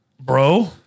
Bro